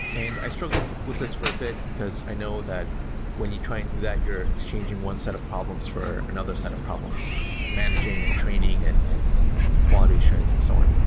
i struggled with this for a bit, because i know that when you try and do that, you're exchanging one set of problems for another set of problems, of managing and training and and quality insurance and so on.